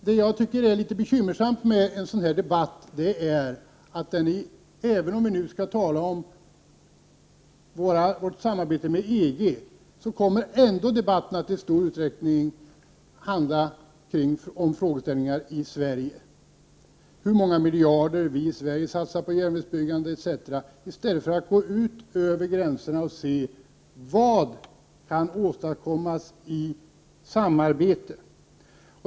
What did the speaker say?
Vad jag tycker är litet bekymmersamt med en sådan här debatt är att även om vi nu skall tala om vårt samarbete med EG, kommer debatten ändå i stor utsträckning att handla om frågeställningar i Sverige — t.ex. hur många miljarder vi i Sverige satsar på järnvägsbyggande -— i stället för att vi går ut över gränserna och ser vad som kan åstadkommas i samarbete.